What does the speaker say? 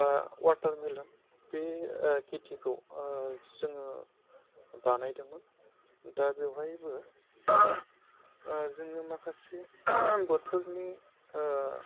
बा वाटारमेलन बे खेथिखौ जोङो बानायदोंमोन दा बेवहायबो जोङो माखासे बोथोरनि